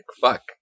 Fuck